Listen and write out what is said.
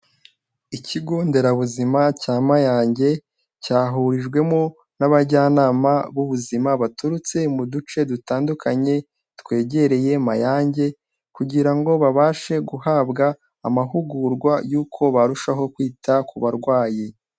Ikigo nderabuzima cya Mayange, cyahurijwemo n'abajyanama b'ubuzima baturutse mu duce dutandukanye, twegereye Mayange kugira ngo babashe guhabwa amahugurwa y'uko barushaho kwita ku barwayi.